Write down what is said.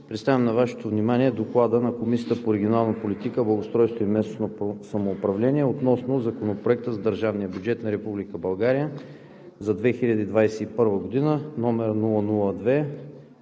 Представям на Вашето внимание „Доклад на Комисията по регионална политика, благоустройство и местно самоуправление относно Законопроект за държавния бюджет на Република България за 2021 г., №